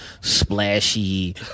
splashy